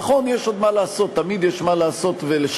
נכון, יש עוד מה לעשות, תמיד יש מה לעשות ולשפר,